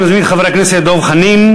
אני מזמין את חבר הכנסת דב חנין.